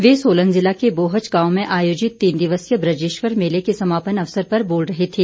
वे सोलन जिला के बोहच गांव में आयोजित तीन दिवसीय ब्रजेश्वर मेले के समापन अवसर पर बोल रहे थे